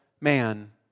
man